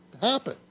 happen